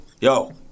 Yo